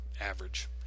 average